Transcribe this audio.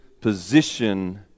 position